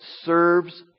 serves